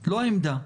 לא העמדה,